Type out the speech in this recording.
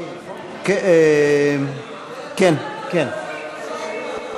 2016, כהצעת הוועדה, נתקבל.